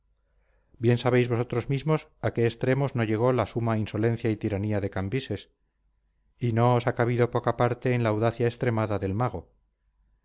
bien sabéis vosotros mismos a qué extremos no llegó la suma insolencia y tiranía de cambises y no os ha cabido poca parte en la audacia extremada del mago